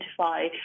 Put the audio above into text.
identify